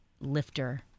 lifter